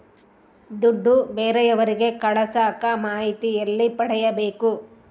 ದುಡ್ಡು ಬೇರೆಯವರಿಗೆ ಕಳಸಾಕ ಮಾಹಿತಿ ಎಲ್ಲಿ ಪಡೆಯಬೇಕು?